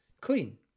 clean